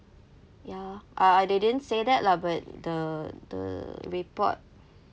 ya uh they didn't say that lah but the the report